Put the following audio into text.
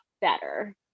better